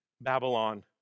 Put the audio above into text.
Babylon